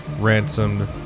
ransomed